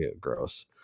Gross